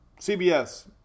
cbs